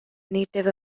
native